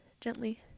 gently